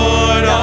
Lord